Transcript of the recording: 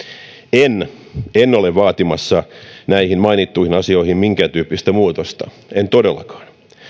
en en ole vaatimassa näihin mainittuihin asioihin minkääntyyppistä muutosta en todellakaan